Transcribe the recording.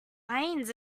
irons